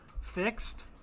fixed